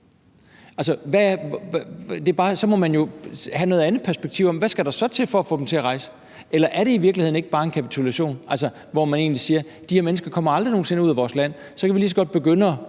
så må man jo have nogle andre perspektiver. Hvad skal der så til for at få dem til at rejse? Eller er det i virkeligheden ikke bare en kapitulation, hvor man egentlig siger, at de her mennesker aldrig nogen sinde kommer ud af vores land, og så kan vi lige så godt begynde at